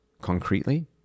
concretely